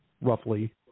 roughly